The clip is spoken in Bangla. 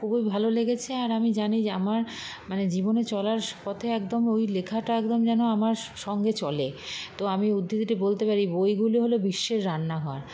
খুবই ভালো লেগেছে আর আমি জানি যে আমার মানে জীবনে চলার পথে একদম ওই লেখাটা একদম যেন আমার সঙ্গে চলে তো আমি উদ্ধৃতিটি বলতে পারি বইগুলো হল বিশ্বের রান্নাঘর